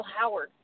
Howard